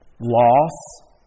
Loss